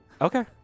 Okay